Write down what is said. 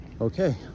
Okay